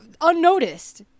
unnoticed